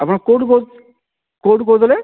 ଆପଣ କେଉଁଠୁ କେଉଁଠୁ କହୁଥିଲେ